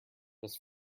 must